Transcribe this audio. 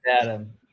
adam